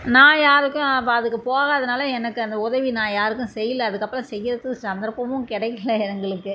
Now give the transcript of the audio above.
நான் யாருக்கும் அப்போ அதுக்கு போகாதனால எனக்கு அந்த உதவி நான் யாருக்கும் செய்யல அதுக்கப்புறம் செய்யறத்துக்கு சந்தர்ப்பமும் கிடைக்கில எங்களுக்கு